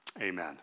Amen